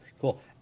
Cool